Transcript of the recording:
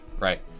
right